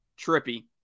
Trippy